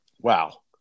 Wow